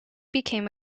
became